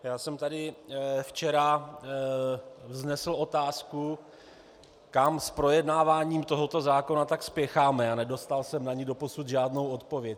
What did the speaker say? Já jsem tady včera vznesl otázku, kam s projednáváním tohoto zákona tak spěcháme, a nedostal jsem na ni doposud žádnou odpověď.